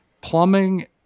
plumbing